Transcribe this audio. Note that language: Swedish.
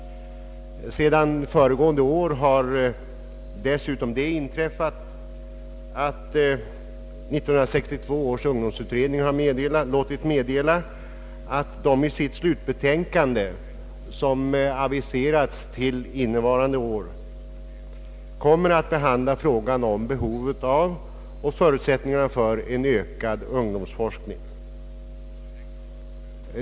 Sedan föregående år har dessutom det inträffat, att 1962 års ungdomsutredning har låtit meddela att man i sitt slutbetänkande, som aviserats till innevarande år, kommer att behandla fråsan om behovet av och förutsättningarna för en ökad ungdomsforskning.